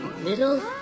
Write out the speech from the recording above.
little